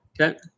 Okay